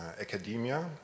academia